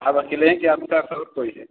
आप अकेले हैं कि आपके साथ और कोई है